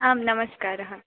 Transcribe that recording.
आं नमस्कारः